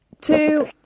two